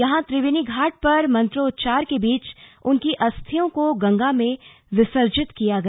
यहां त्रिवेणी घाट पर मंत्रोच्चार के बीच उनकी अस्थियों को गंगा में विसर्जित किया गया